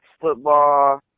football